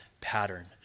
pattern